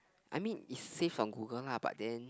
I mean it's save on Google lah but then